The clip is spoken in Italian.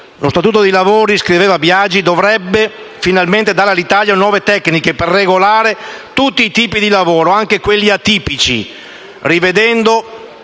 Lo Statuto dei lavori - scriveva Biagi - «dovrebbe finalmente dare all'Italia nuove tecniche per regolare tutti i tipi di lavori, anche quelli più atipici, rivedendo